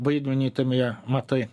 vaidmenį tame ją matai